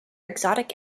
exotic